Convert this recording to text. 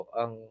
ang